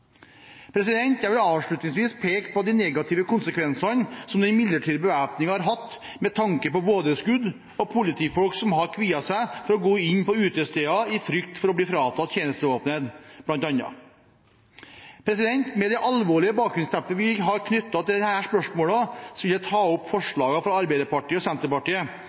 Jeg vil avslutningsvis peke på de negative konsekvensene som den midlertidige bevæpningen har hatt med tanke på vådeskudd og politifolk som har kviet seg for å gå inn på utesteder i frykt for å bli fratatt tjenestevåpenet, bl.a. Med det alvorlige bakgrunnsteppet vi har knyttet til disse spørsmålene, vil jeg ta opp forslagene fra Arbeiderpartiet og Senterpartiet,